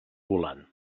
volant